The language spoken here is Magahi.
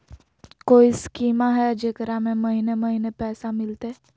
कोइ स्कीमा हय, जेकरा में महीने महीने पैसा मिलते?